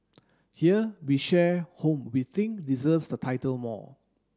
here we share whom we think deserves the title more